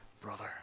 brother